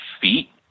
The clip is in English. feet